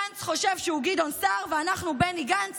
גנץ חושב שהוא גדעון סער ואנחנו בני גנץ